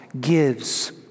gives